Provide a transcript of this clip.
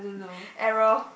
error